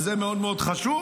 וזה מאוד מאוד חשוב,